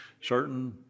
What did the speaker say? certain